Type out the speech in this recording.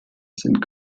sind